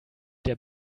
der